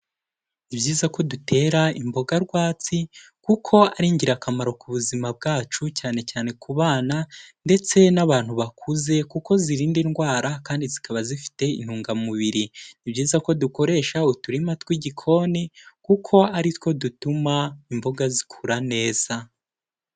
Ni byiza ko dutera imboga rwatsi kuko ari ingirakamaro ku buzima bwacu, cyane cyane ku bana ndetse n'abantu bakuze, kuko zirinda indwara kandi zikaba zifite intungamubiri. Ni byizayiza ko dukoresha uturima tw'igikoni kuko ari two dutuma imboga zikura neza.